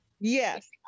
Yes